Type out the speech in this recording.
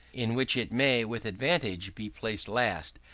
in which it may with advantage be placed last,